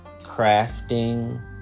crafting